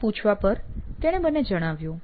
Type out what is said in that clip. ઘણું પૂછવા પર તેણે મને જણાવ્યું